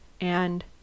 and—